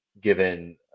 given